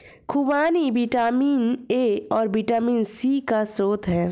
खूबानी vitamin A और vitamin C का स्रोत है